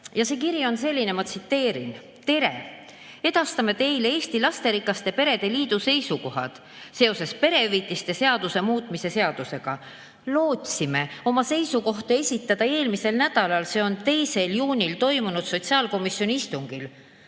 Ja see kiri on selline, ma tsiteerin: "Tere! Edastame teile Eesti Lasterikaste Perede Liidu seisukohad seoses perehüvitiste seaduse muutmise seadusega. Lootsime oma seisukohti esitada eelmisel nädalal, s.o 2. juunil toimunud sotsiaalkomisjoni istungil.